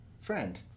friend